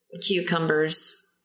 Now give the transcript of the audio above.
cucumbers